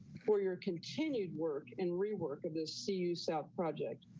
for your continued work and rework of this. see you south project.